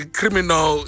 criminal